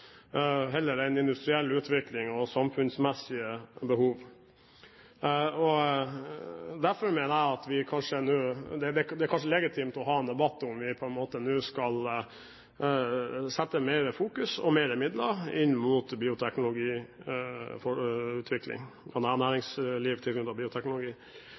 industriell utvikling og samfunnsmessige behov. Derfor mener jeg at det kanskje er legitimt å ha en debatt om vi nå skal sette mer fokus på og mer midler inn mot